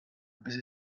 busy